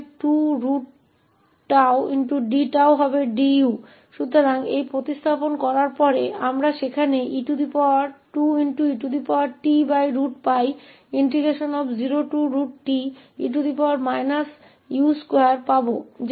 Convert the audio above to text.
इसलिए इसे प्रतिस्थापित करने के बाद हमें 2et𝜋 0te u2du मिलेगा जहां हम अब त्रुटि फ़ंक्शन की परिभाषा का उपयोग कर सकते हैं जो कि 2𝜋 0te u2duहै